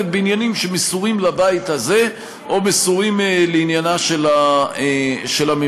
בעניינים שמסורים לבית הזה או מסורים לעניינה של הממשלה.